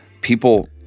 People